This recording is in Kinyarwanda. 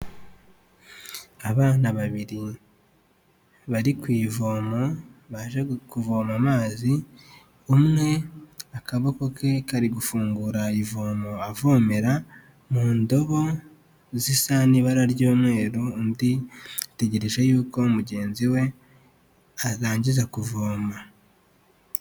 Abana babiri bari ku ivomo baje kuvoma amazi, umwe akaboko ke kari gufungura ivomo avomera mu ndobo zisa n'ibara ry'umweru, undi ategereje yuko mugenzi we arangiza kuvoma.